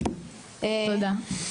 תודה.